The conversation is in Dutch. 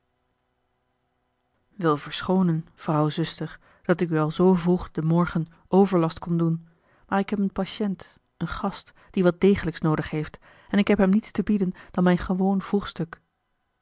wil verschoonen vrouw zuster dat ik u al zoo vroeg in den morgen overlast kom doen maar ik heb een patiënt een gast die wat degelijks noodig heeft en ik heb hem niets te bieden dan mijn gewoon